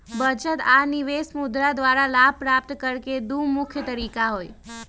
बचत आऽ निवेश मुद्रा द्वारा लाभ प्राप्त करेके दू मुख्य तरीका हई